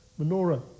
menorah